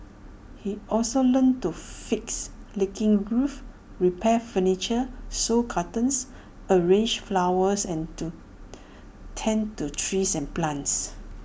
he also learnt to fix leaking roofs repair furniture sew curtains arrange flowers and to tend to trees and plants